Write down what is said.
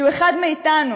כי הוא אחד מאיתנו,